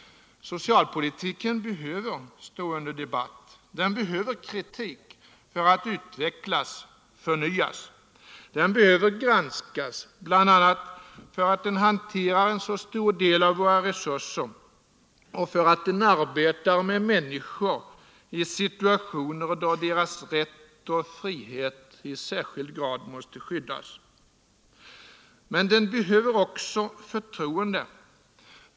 Socialpolitiken behöver stå under debatt. Den behöver kritik för att utvecklas, förnyas. Den behöver granskas, bl.a. därför att den hanterar en så stor del av våra resurser och därför att den arbetar med människor i situationer då deras rätt och frihet i särskild grad måste skyddas. Men den behöver också förtroende.